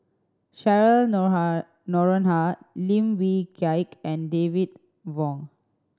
Cheryl Noronha Lim Wee Kiak and David Wong